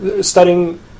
studying